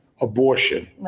Abortion